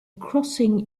crossing